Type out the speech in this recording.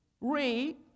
read